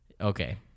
Okay